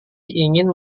ingin